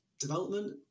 development